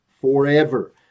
forever